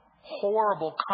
horrible